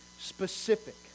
specific